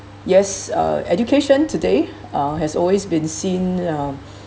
yes uh education today uh has always been seen um